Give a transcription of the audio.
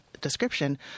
description